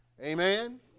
Amen